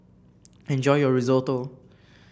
enjoy your Risotto